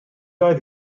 oedd